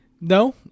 no